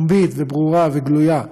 פומבית וברורה וגלויה,